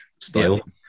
style